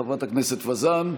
בעד, חברת הכנסת וזאן,